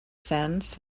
sands